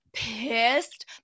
pissed